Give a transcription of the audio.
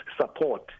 support